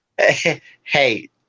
Hey